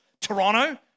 Toronto